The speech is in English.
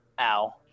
Ow